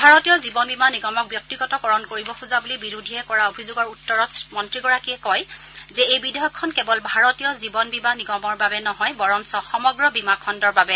ভাৰতীয় জীৱন বীমা নিগমক ব্যক্তিগতকৰণ কৰিব খোজা বুলি বিৰোধীয়ে কৰা অভিযোগৰ উত্তৰত মন্ত্ৰীগৰাকীয়ে কয় যে এই বিধেয়কখন কেৱল ভাৰতীয় জীৱন বীমা নিগমৰ বাবে নহয় বৰঞ্চ সমগ্ৰ বীমাখণ্ডৰ বাবে